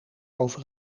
over